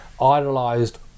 idolized